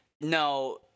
no